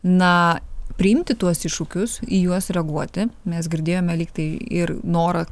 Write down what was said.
na priimti tuos iššūkius į juos reaguoti mes girdėjome lyg tai ir norą